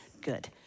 good